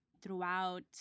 throughout